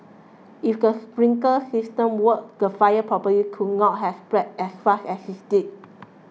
if the sprinkler system worked the fire probably could not have spread as fast as it did